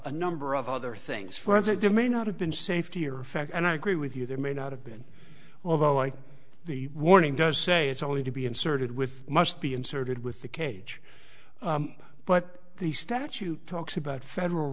a number of other things for as it did may not have been safety or effect and i agree with you there may not have been well though i think the warning does say it's only to be inserted with must be inserted with the cage but the statute talks about federal